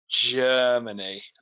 Germany